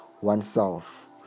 oneself